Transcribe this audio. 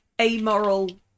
amoral